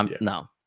No